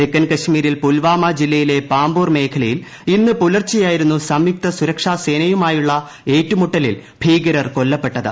തെക്കൻ കാശ്മീരിൽ പുൽവാമ ജില്ലയിലെ പാംപോർ മേഖലയിൽ ഇന്ന് പുലർച്ചെയായിരുന്നു സംയുക്ത സുരക്ഷാസേനയുമായുള്ള ഏറ്റുമുട്ടലിൽ ഭീകരർ കൊല്ലപ്പെട്ടത്